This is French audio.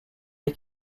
dès